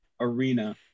arena